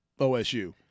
osu